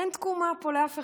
אין תקומה פה לאף אחד.